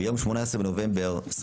ביום 18 בנובמבר 2021,